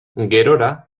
gerora